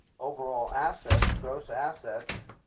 overall assets, gross assets